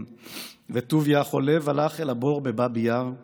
/ וטוביה החולב הלך אל הבור בבאבי-יאר /